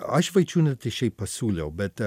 aš vaičiūnaitę šiaip pasiūliau bet